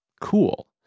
Cool